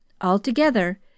Altogether